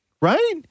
Right